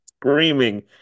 screaming